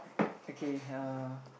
okay uh